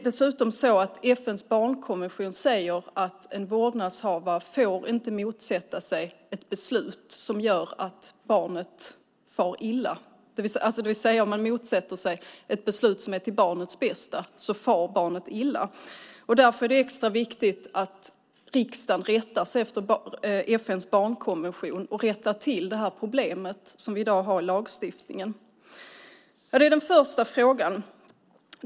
Dessutom säger FN:s barnkonvention att om en vårdnadshavare motsätter sig ett beslut som är till barnets bästa far barnet illa. Därför är det extra viktigt att riksdagen rättar sig efter FN:s barnkonvention och rättar till detta problem som vi i dag har i lagstiftningen. Det var den första frågan.